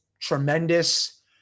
tremendous